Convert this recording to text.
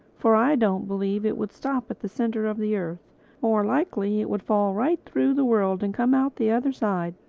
for i don't believe it would stop at the centre of the earth more likely it would fall right through the world and come out the other side.